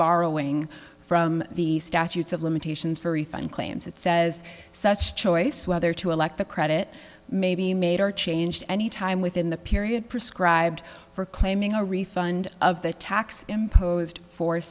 borrowing from the statutes of limitations for refund claims it says such choice whether to elect the credit may be made or changed any time within the period prescribed for claiming a refund of the tax imposed for